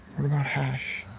what about hash?